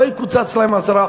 לא יקוצץ להם 10%,